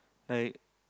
like